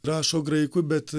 rašo graikui bet